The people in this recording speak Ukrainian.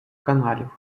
каналів